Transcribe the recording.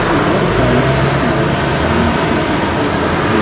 and what about more profound thinking and memory problems,